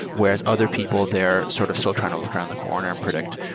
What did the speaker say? whereas other people, they're sort of still trying to look around the corner and predict,